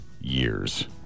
years